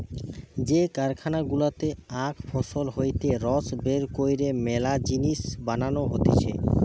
যে কারখানা গুলাতে আখ ফসল হইতে রস বের কইরে মেলা জিনিস বানানো হতিছে